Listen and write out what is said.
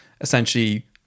essentially